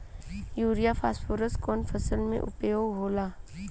Urea phosphorus कवना फ़सल में उपयोग होला?